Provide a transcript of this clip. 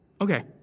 okay